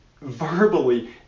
verbally